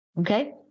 okay